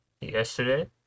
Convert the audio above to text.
yesterday